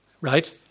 right